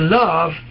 love